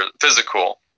physical